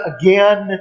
again